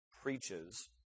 preaches